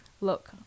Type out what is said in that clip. Look